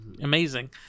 amazing